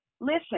listen